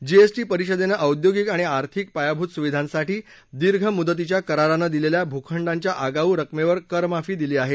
GAC परिषदेनं औद्योगिक आणि आर्थिक पायाभूत सुविधांसाठी दीर्घ मुदतीच्या करारानं दिलेल्या भूखंडाच्या आगाऊ रकमेवर करमाफी दिली आहे